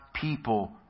people